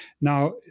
Now